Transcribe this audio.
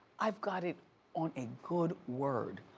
i've got it on a good word